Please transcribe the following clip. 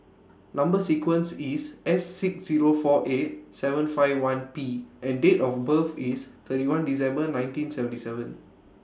Number sequence IS S six Zero four eight seven five one P and Date of birth IS thirty one December nineteen seventy seven